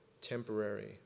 temporary